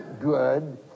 good